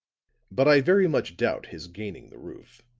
but i very much doubt his gaining the roof.